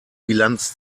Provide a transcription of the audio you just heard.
bilanz